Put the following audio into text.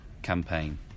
Campaign